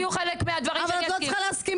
יכול להיות שיהיו חלק מהדברים שאני אסכים,